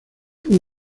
fue